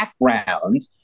background